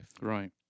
Right